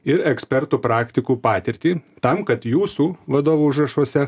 ir ekspertų praktikų patirtį tam kad jūsų vadovų užrašuose